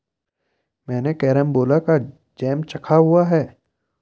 मैंने कैरमबोला का जैम चखा हुआ है